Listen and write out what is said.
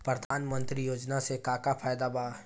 प्रधानमंत्री योजना मे का का फायदा बा?